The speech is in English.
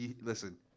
listen